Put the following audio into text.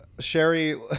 Sherry